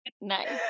Nice